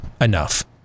enough